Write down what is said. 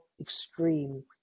extreme